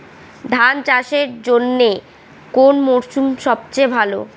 ধান চাষের জন্যে কোন মরশুম সবচেয়ে ভালো?